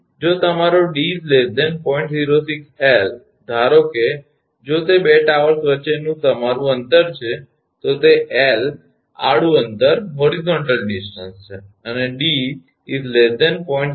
06𝐿 ધારો કે જો તે 2 ટાવર્સ વચ્ચેનું તમારું અંતર છે તો તે L આડું અંતર છે અને 𝑑 0